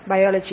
biology